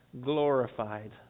glorified